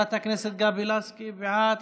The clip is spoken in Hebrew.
חברת הכנסת גבי לסקי בעד,